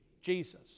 Jesus